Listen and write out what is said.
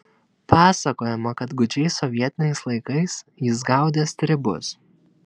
pasakojama kad gūdžiais sovietiniais laikais jis gaudė stribus